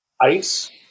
Ice